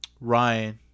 Ryan